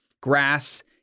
grass